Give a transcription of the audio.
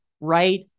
right